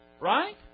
Right